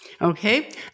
Okay